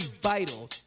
vital